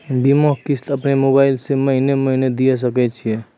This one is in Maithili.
बीमा किस्त अपनो मोबाइल से महीने महीने दिए सकय छियै?